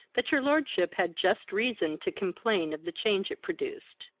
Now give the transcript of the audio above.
that your lordship had just reason to complain of the change it produced.